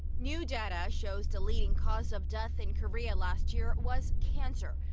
new data shows the leading cause of death in korea last year was cancer.